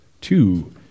two